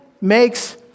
makes